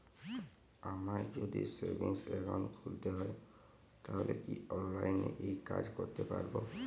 আমায় যদি savings account খুলতে হয় তাহলে কি অনলাইনে এই কাজ করতে পারবো?